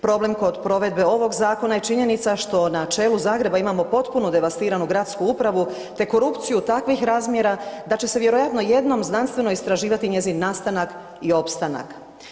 Problem kod provedbe ovog zakona je činjenica što na čelu Zagreba imamo potpuno devastiranu gradsku upravu, te korupciju takvih razmjera da će se vjerojatno jednom znanstveno istraživati njezin nastanak i opstanak.